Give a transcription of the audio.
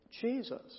Jesus